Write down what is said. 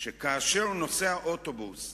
כאשר נוסעי האוטובוס,